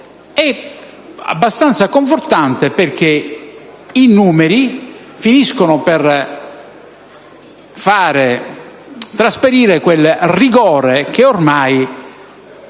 è abbastanza confortante, perché i numeri finiscono per far trasparire quel rigore che ormai